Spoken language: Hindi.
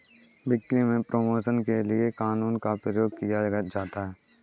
बिक्री में प्रमोशन के लिए कूपन का प्रयोग किया जाता है